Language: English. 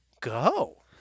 go